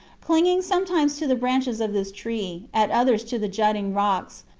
clinging sometimes to the branches of this tree, at others to the jutting rocks,